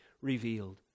revealed